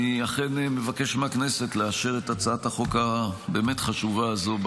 אני אכן מבקש מהכנסת לאשר בקריאה ראשונה את הצעת החוק הבאמת-חשובה הזו.